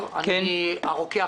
אני מבקש